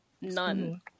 none